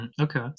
Okay